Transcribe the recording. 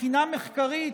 מבחינה מחקרית,